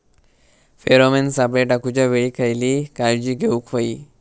Pheromone सापळे टाकूच्या वेळी खयली काळजी घेवूक व्हयी?